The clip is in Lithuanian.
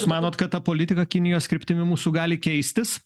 jūs manot kad ta politika kinijos kryptimi mūsų gali keistis